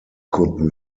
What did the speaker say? could